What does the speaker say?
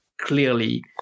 clearly